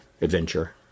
adventure